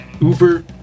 uber